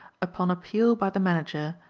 upon appeal by the manager,